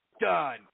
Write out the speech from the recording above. done